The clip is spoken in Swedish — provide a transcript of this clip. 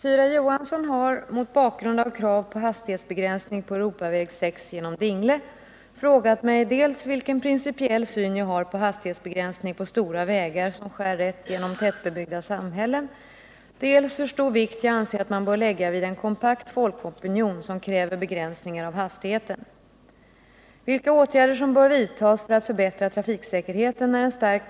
I Dingle i Bohuslän går Europaväg 6 rakt genom det tätbebyggda samhället. Hastigheten är där begränsad till 70 km/tim. Ortsbefolkningen är mycket oroad över den täta och tunga trafiken, framför allt för barnens skull.